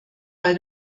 bei